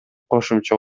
кошумча